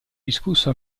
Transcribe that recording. discusso